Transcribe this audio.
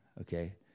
Okay